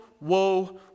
woe